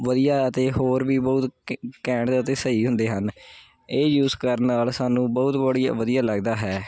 ਵਧੀਆ ਅਤੇ ਹੋਰ ਵੀ ਬਹੁਤ ਕੈ ਘੈਂਟ ਅਤੇ ਸਹੀ ਹੁੰਦੇ ਹਨ ਇਹ ਯੂਸ ਕਰਨ ਨਾਲ ਸਾਨੂੰ ਬਹੁਤ ਬੜੀਆ ਵਧੀਆ ਲੱਗਦਾ ਹੈ